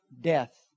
death